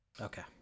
Okay